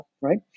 right